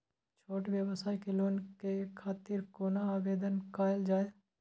छोट व्यवसाय के लोन के खातिर कोना आवेदन कायल जाय?